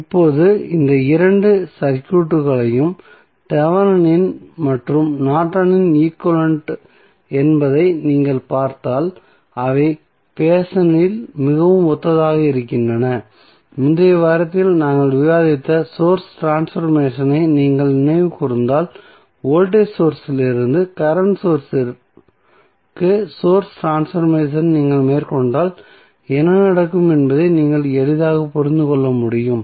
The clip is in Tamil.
இப்போது இந்த இரண்டு சர்க்யூட்களையும் தெவெனின் மற்றும் நார்டனின் ஈக்வலன்ட் என்பதை நீங்கள் பார்த்தால் அவை பேஷன் இல் மிகவும் ஒத்ததாக இருக்கின்றன முந்தைய வாரத்தில் நாங்கள் விவாதித்த சோர்ஸ் ட்ரான்ஸ்பர்மேசனை நீங்கள் நினைவு கூர்ந்தால் வோல்டேஜ் சோர்ஸ் இலிருந்து கரண்ட் சோர்ஸ் இற்கு சோர்ஸ் ட்ரான்ஸ்பர்மேசனை நீங்கள் மேற்கொண்டால் என்ன நடக்கும் என்பதை நீங்கள் எளிதாக புரிந்து கொள்ள முடியும்